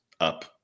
up